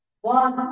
one